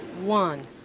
one